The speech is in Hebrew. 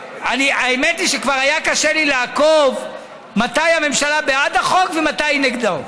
האמת היא שכבר היה קשה לי לעקוב מתי הממשלה בעד החוק ומתי היא נגדו.